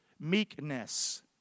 Meekness